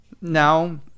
now